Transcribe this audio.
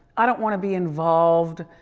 i don't wanna be involved.